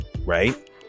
right